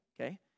okay